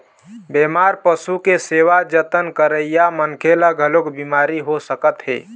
बेमार पशु के सेवा जतन करइया मनखे ल घलोक बिमारी हो सकत हे